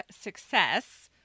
success